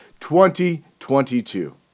2022